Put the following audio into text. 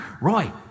Roy